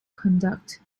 conduct